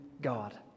God